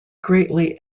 greatly